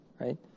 right